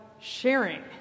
sharing